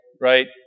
right